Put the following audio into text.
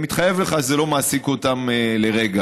אני מתחייב לך שזה לא מעסיק אותם לרגע,